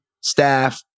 staff